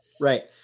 right